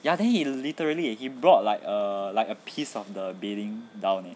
ya then he literally eh he brought like a like a piece of the bedding down leh